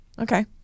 Okay